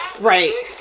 Right